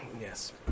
Yes